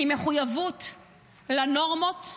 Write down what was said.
עם מחויבות לנורמות,